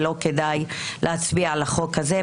ולא כדאי להצביע על החוק הזה,